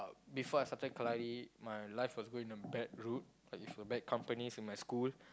before I started kalari my life was going in a bad route like with a bad companies in my school